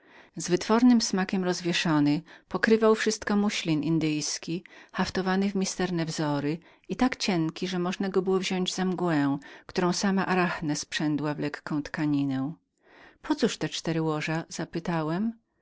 z wytwornym smakiem rozwieszony pokrywał wszystko muślin indyjski haftowany w misterne wzory i tak cienki że można go było wziąść za mgłę której sama arachne znalazła sposób uwięzienia w lekką tkaninę po cóż te cztery łoża zapytałem